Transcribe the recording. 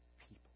people